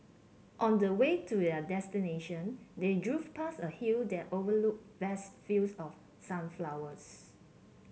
on the way to their destination they drove past a hill that overlooked vast fields of sunflowers